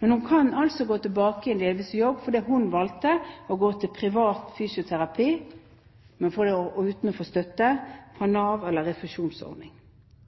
Men hun kan gå tilbake igjen i delvis jobb fordi hun valgte å gå til privat fysioterapi, uten å få støtte fra Nav eller